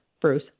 Bruce